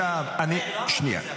שנייה.